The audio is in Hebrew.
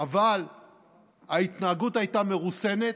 אבל ההתנהגות הייתה מרוסנת,